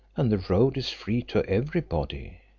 and the road is free to every body.